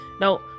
Now